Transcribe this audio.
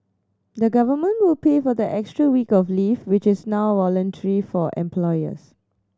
the Government will pay for the extra week of leave which is now voluntary for employers